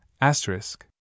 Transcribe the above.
asterisk